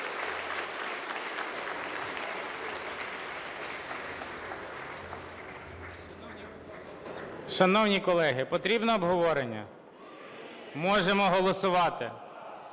Шановні колеги, потрібно обговорення? Можемо голосувати.